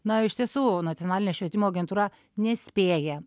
na iš tiesų nacionalinė švietimo agentūra nespėja